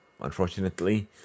unfortunately